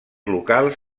locals